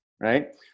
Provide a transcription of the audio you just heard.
Right